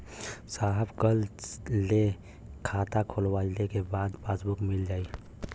साहब कब ले खाता खोलवाइले के बाद पासबुक मिल जाई?